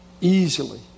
easily